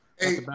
Hey